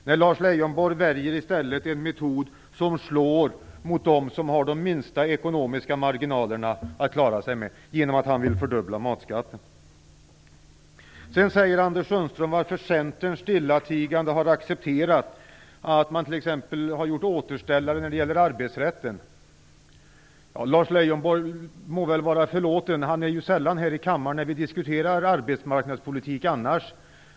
Nej, Lars Leijonborg väljer i stället en metod som slår mot dem som har de minsta ekonomiska marginalerna att klara sig på genom att han vill fördubbla matskatten. Lars Leijonborg undrar varför Centern stillatigande har accepterat att man t.ex. har gjort återställare när det gäller arbetsrätten. Lars Leijonborg må vara förlåten - han är ju sällan här i kammaren när vi diskuterar arbetsmarknadspolitik annars.